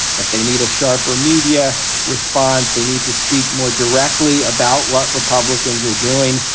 but they need a sharper media response. they need to speak more directly about what republicans are doing.